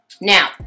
Now